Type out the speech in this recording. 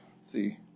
see